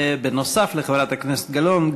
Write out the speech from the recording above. ונוסף על חברת הכנסת גלאון,